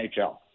NHL